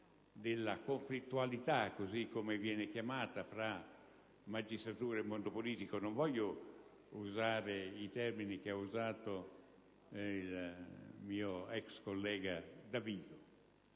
della conflittualità, così come viene chiamata, fra magistratura e mondo politico. Non voglio riprendere i termini che ha usato il mio ex collega Davigo,